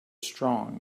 strong